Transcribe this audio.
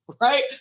right